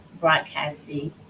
Broadcasting